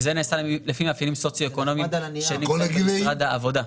וזה נעשה לפי מאפיינים סוציואקונומיים שנקבעו במשרד העבודה.